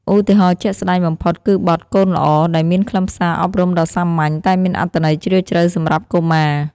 ឧទាហរណ៍ជាក់ស្ដែងបំផុត គឺបទ "កូនល្អ" ដែលមានខ្លឹមសារអប់រំដ៏សាមញ្ញ តែមានអត្ថន័យជ្រាលជ្រៅសម្រាប់កុមារ។